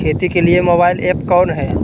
खेती के लिए मोबाइल ऐप कौन है?